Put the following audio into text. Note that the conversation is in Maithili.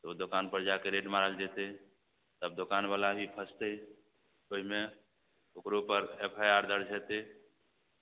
तऽ ओ दोकानपर जाके रेड मारल जएतै तब दोकानवला भी फसतै ओहिमे ओकरोपर एफ आइ आर दर्ज हेतै